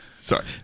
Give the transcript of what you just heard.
Sorry